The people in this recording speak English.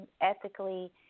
ethically